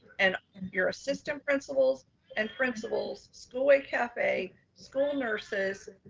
and your assistant principals and principals school way cafe school nurses,